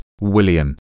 William